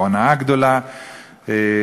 בהונאה גדולה,